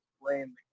explain